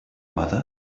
mother